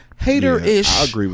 hater-ish